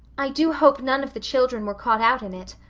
i do hope none of the children were caught out in it,